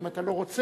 אם אתה לא רוצה,